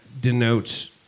denotes